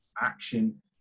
action